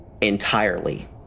Entirely